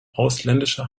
ausländischer